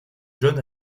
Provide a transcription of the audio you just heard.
jeune